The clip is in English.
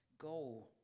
go